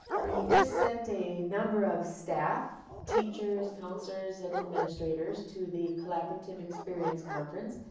we just sent a number of staff, teachers, counselors, and administrators to the collaborative experience conference.